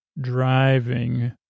driving